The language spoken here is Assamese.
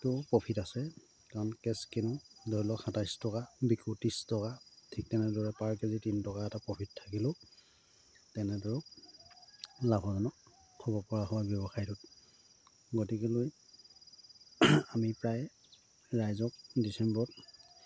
তেনেকৈয়ো প্ৰফিট আছে কাৰণ কেছ কিনো ধৰি লওক সাতাইছ টকা বিকো ত্ৰিছ টকা ঠিক তেনেদৰে পাৰ কে জি তিনি টকা এটা প্ৰফিট থাকিলেও তেনেদৰেও লাভজনক খাবপৰা হয় ব্যৱসায়টোত গতিকেলৈ আমি প্ৰায় ৰাইজক ডিচেম্বৰত